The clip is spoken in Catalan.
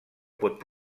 pot